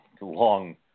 long